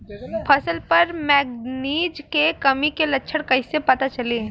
फसल पर मैगनीज के कमी के लक्षण कइसे पता चली?